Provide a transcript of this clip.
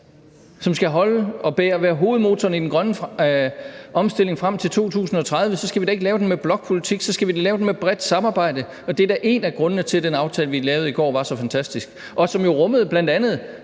som skal holde og være hovedmotoren i den grønne omstilling frem til 2030, så skal vi da ikke lave den med blokpolitik, så skal vi da lave den med bredt samarbejde. Og det er en af grundene til, at den aftale, vi lavede i går, var så fantastisk. Den rummede jo bl.a.